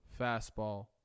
fastball